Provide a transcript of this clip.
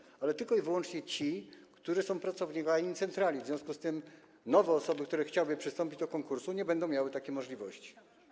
Jednak dotyczy to tylko i wyłącznie tych, którzy są pracownikami centrali, w związku z tym nowe osoby, które chciałyby przystąpić do konkursu, nie będą miały takiej możliwości.